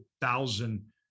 thousand